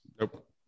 Nope